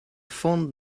fond